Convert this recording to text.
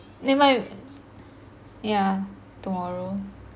never mind yeah tomorrow